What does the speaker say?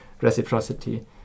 reciprocity